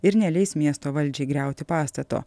ir neleis miesto valdžiai griauti pastato